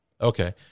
Okay